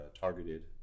targeted